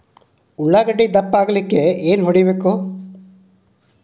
ಉಳ್ಳಾಗಡ್ಡೆ ದಪ್ಪ ಆಗಲು ಏನು ಹೊಡಿಬೇಕು?